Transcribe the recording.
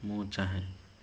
ମୁଁ ଚାହେଁ